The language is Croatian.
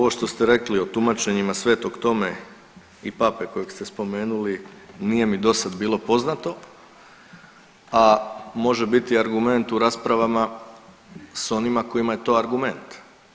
Ovo što ste rekli o tumačenjima Svetog Tome i pape kojeg ste spomenuli nije mi do sad bilo poznato, a može biti argument u raspravama sa onima kojima je to argument.